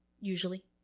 Usually